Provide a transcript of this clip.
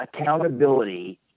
Accountability